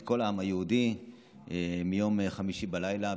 את כל העם היהודי מיום חמישי בלילה,